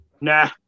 Nah